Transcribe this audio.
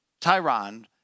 Tyron